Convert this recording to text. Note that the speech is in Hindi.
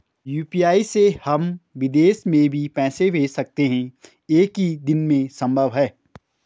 यु.पी.आई से हम विदेश में भी पैसे भेज सकते हैं एक ही दिन में संभव है?